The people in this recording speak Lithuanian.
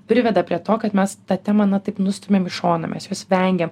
priveda prie to kad mes tą temą taip na nustumiam į šoną mes jos vengiam